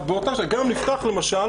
נפתחה